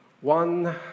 one